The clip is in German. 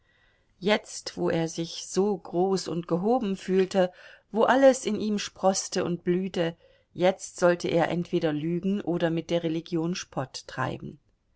jetzt wo er sich so groß und gehoben fühlte wo alles in ihm sproßte und blühte jetzt sollte er entweder lügen oder mit der religion spott treiben